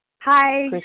Hi